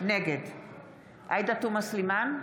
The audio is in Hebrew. נגד עאידה תומא סלימאן,